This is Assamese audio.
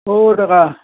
অ' ডেকা